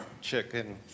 chicken